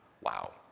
Wow